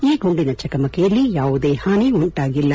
ಈ ಗುಂಡಿನ ಚಕಮಕಿಯಲ್ಲಿ ಯಾವುದೇ ಹಾನಿ ಉಂಟಾಗಿಲ್ಲ